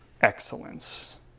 excellence